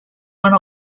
one